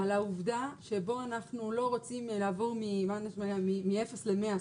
-- על העובדה שבה אנחנו לא רוצים לעבור מאפס למאה,